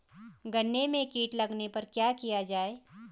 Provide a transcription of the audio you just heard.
गन्ने में कीट लगने पर क्या किया जाये?